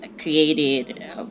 created